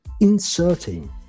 inserting